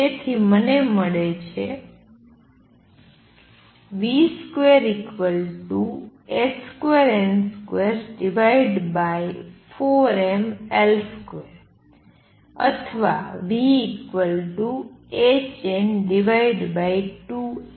તેથી મને મળે છે v2h2n24mL2 અથવા v